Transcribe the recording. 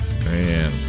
Man